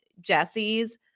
Jesse's